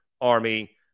Army